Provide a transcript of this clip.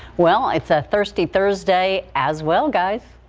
well it's a thirsty thursday as well guys.